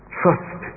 trust